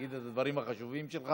שתגיד את הדברים החשובים שלך.